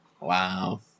Wow